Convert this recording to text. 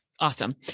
Awesome